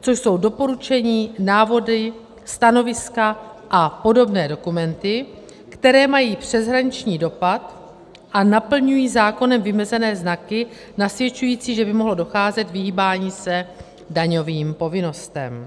což jsou doporučení, návody, stanoviska a podobné dokumenty, které mají přeshraniční dopad a naplňují zákonem vymezené znaky nasvědčující, že by mohlo docházet k vyhýbání se daňovým povinnostem.